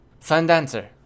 Sundancer